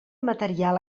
material